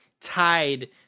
tied